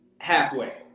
halfway